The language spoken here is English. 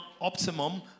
optimum